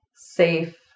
safe